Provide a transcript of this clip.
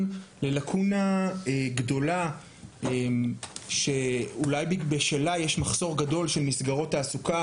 ללקונה גדולה שאולי בשלה יש מחסור גדול של מסגרות תעסוקה